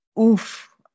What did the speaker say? oof